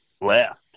left